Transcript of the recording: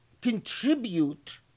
contribute